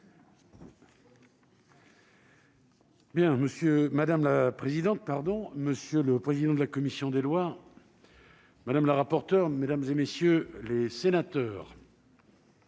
Madame la présidente, monsieur le président de la commission des lois, madame la rapporteure, mesdames, messieurs les sénateurs,